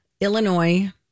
Illinois